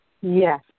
Yes